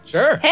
Sure